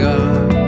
God